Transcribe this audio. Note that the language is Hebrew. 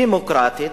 דמוקרטית,